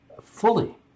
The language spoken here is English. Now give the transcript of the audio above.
fully